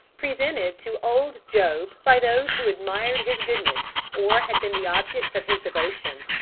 presented to old job by those who admired his goodness, or had been the objects of his devotion.